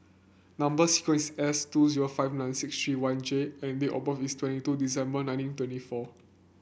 number sequence is S two zero five nine six three one J and date of birth is twenty two December nineteen twenty four